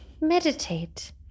meditate